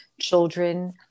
children